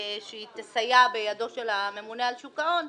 שהיא תסייע בידו של הממונה על שוק ההון.